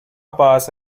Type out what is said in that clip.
pass